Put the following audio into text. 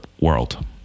world